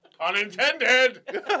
Unintended